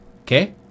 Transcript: okay